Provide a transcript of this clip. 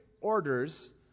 orders